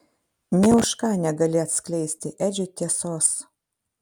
nė už ką negali atskleisti edžiui tiesos